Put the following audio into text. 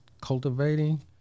cultivating